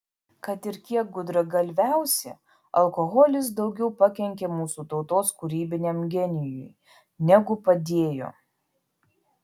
kad ir kiek gudragalviausi alkoholis daugiau pakenkė mūsų tautos kūrybiniam genijui negu padėjo